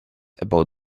about